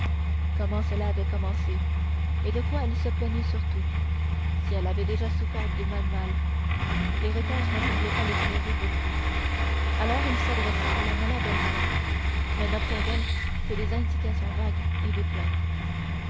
comment cela avait commencé et de quoi elle se plaignait surtout si elle avait déjà souffert du même mal les réponses ne semblèrent pas l'éclairer beaucoup alors il s'adressa à la malade elle-même mais n'obtint d'elle que des indications vagues et des plaintes